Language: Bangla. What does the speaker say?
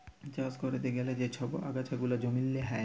চাষ ক্যরতে গ্যালে যা ছব আগাছা গুলা জমিল্লে হ্যয়